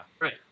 right